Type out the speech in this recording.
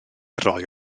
roi